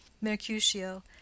mercutio